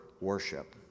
worship